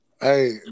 Hey